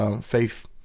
faith